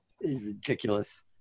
Ridiculous